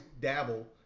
dabble